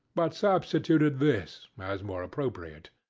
but substituted this, as more appropriate.